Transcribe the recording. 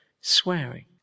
swearing